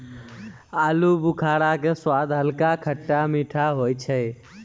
आलूबुखारा के स्वाद हल्का खट्टा मीठा होय छै